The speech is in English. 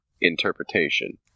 interpretation